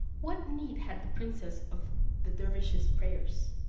what need had the princess of the dervise's prayers?